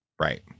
Right